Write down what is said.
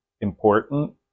important